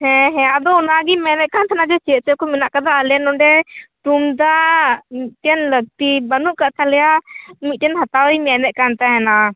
ᱦᱮᱸ ᱦᱮᱸ ᱟᱫᱚ ᱚᱱᱟ ᱜᱮᱧ ᱢᱮᱱᱮᱫ ᱠᱟᱱ ᱛᱟᱦᱮᱱᱟ ᱡᱮ ᱪᱮᱫ ᱪᱮᱫ ᱠᱚ ᱢᱮᱱᱟᱜ ᱠᱟᱫᱟ ᱟᱞᱮ ᱱᱚᱰᱮ ᱛᱩᱢᱫᱟᱜ ᱢᱤᱫᱴᱮᱝ ᱞᱟ ᱠᱛᱤ ᱵᱟ ᱱᱩᱜᱠᱟᱜ ᱛᱟᱞᱮᱭᱟ ᱢᱤᱫᱴᱟᱝ ᱦᱟᱛᱟᱣᱤᱧ ᱢᱮᱱᱮᱫ ᱠᱟᱱ ᱛᱟᱦᱮᱱᱟ